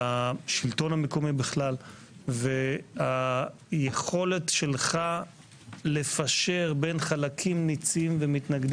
לתקנון הכנסת ועדה תבחר יושב-ראש מבין חבריה לפי המלצת ועדת